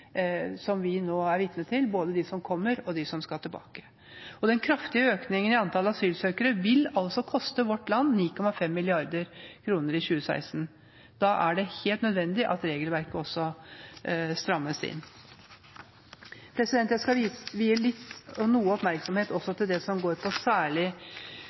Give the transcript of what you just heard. som vi nå er vitne til – både de som kommer og de som skal tilbake. Den kraftige økningen i antallet asylsøkere vil altså koste vårt land 9,5 mrd. kr i 2016. Da er det helt nødvendig at regelverket også strammes inn. Jeg skal også vie noe oppmerksomhet til særlig det som går på